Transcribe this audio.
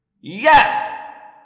Yes